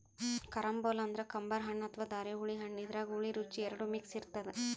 carambola ಅಂದ್ರ ಕಂಬರ್ ಹಣ್ಣ್ ಅಥವಾ ಧಾರೆಹುಳಿ ಹಣ್ಣ್ ಇದ್ರಾಗ್ ಹುಳಿ ರುಚಿ ಎರಡು ಮಿಕ್ಸ್ ಇರ್ತದ್